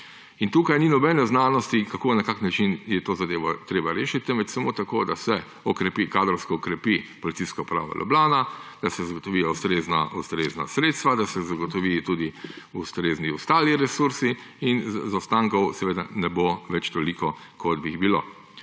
In tukaj ni nobene znanosti, kako, na kakšen način je to zadevo treba rešiti, temveč samo tako, da se kadrovsko okrepi Policijska uprava Ljubljana, da se zagotovijo ustrezna sredstva, da se zagotovijo tudi ustrezni ostali resursi; in zaostankov seveda ne bo več toliko, kot bi jih bilo.